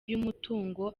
y’umutungo